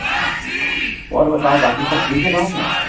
हाँ हाँ और बताओ बाकी सब ठीक है गाँव में